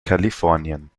kalifornien